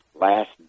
last